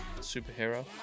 Superhero